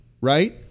right